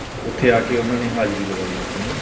ਉੱਥੇ ਆ ਕੇ ਉਹਨਾਂ ਨੇ ਹਾਜਰੀ ਲਵਾਈ ਆਪਣੀ